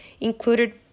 included